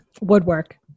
Woodwork